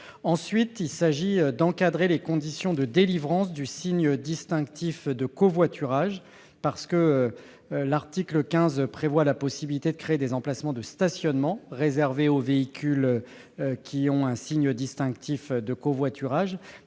d'autre part, d'encadrer les conditions de délivrance du signe distinctif de covoiturage. L'article 15 prévoit la possibilité de créer des emplacements de stationnement réservés aux véhicules porteurs d'un signe distinctif de covoiturage,